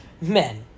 men